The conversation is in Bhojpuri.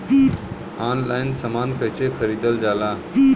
ऑनलाइन समान कैसे खरीदल जाला?